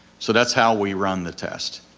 so that's how we run the test.